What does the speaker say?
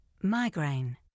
migraine